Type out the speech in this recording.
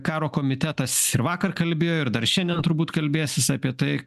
karo komitetas ir vakar kalbėjo ir dar šiandien turbūt kalbėsis apie tai